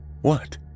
What